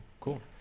Cool